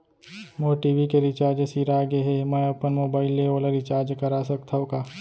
मोर TV के recharge सिरा गे हे, मैं अपन मोबाइल ले ओला रिचार्ज करा सकथव का?